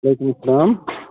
وعلیکُم اسلام